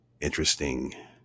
interesting